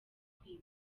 kwiba